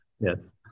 Yes